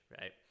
right